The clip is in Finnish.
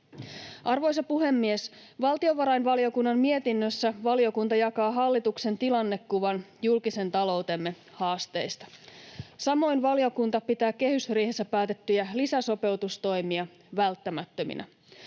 Arvoisa puhemies! Valtiovarainvaliokunnan mietinnössä valiokunta jakaa hallituksen tilannekuvan julkisen taloutemme haasteista. Samoin valiokunta pitää kehysriihessä päätettyjä lisäsopeutustoimia välttämättöminä.